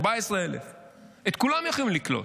14,000. את כולם יכולים לקלוט.